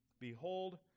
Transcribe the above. Behold